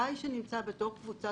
אנחנו מעבירים אותך